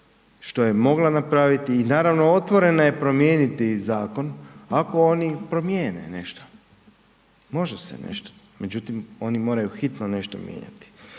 što je mogla napraviti i naravno otvorena je promijeniti i zakon ako oni promijene nešto, može se nešto, međutim, oni moraju hitno nešto mijenjati.